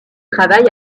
travaille